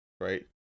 right